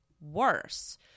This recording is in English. worse